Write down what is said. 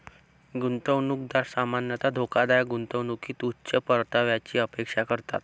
गुंतवणूकदार सामान्यतः धोकादायक गुंतवणुकीतून उच्च परताव्याची अपेक्षा करतात